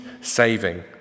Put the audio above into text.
saving